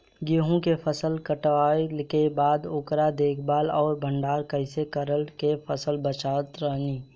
गेंहू के फसल कटला के बाद ओकर देखभाल आउर भंडारण कइसे कैला से फसल बाचल रही?